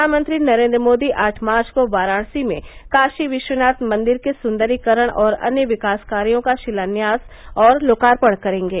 प्रधानमंत्री नरेन्द्र मोदी आठ मार्च को वाराणसी में काशी विश्वनाथ मंदिर के सुन्दरीकरण और अन्य विकास कार्यों का शिलान्यास और लोकार्पण करेंगे